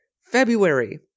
February